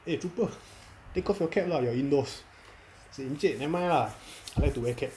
eh trooper take off your cap lah you're indoors say encik never mind lah I like to wear cap